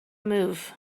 move